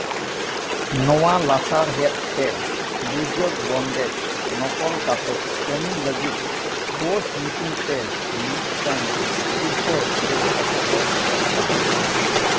ᱱᱚᱣᱟ ᱞᱟᱥᱟᱬᱦᱮᱫ ᱛᱮ ᱫᱩᱨᱡᱳᱜᱽ ᱵᱚᱱᱫᱮᱡ ᱱᱚᱠᱚᱞ ᱠᱟᱛᱮ ᱠᱟᱹᱢᱤ ᱞᱟᱹᱜᱤᱫ ᱵᱳᱥ ᱧᱩᱛᱩᱢ ᱛᱮ ᱢᱤᱫᱴᱟᱹᱝ ᱥᱤᱨᱯᱟᱹ ᱠᱚ ᱮᱛᱚᱦᱚᱵ ᱞᱮᱫ ᱛᱟᱦᱮᱸᱜ ᱠᱟᱱᱟ